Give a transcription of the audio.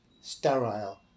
sterile